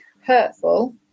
hurtful